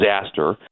disaster